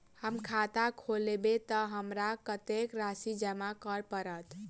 हम खाता खोलेबै तऽ हमरा कत्तेक राशि जमा करऽ पड़त?